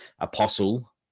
Apostle